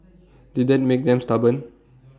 did that make them stubborn